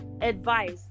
advice